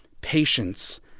patience